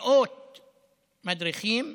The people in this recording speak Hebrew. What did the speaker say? מאות מדריכים,